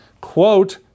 quote